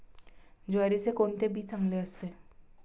ज्वारीचे कोणते बी चांगले असते?